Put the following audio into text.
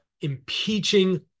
impeaching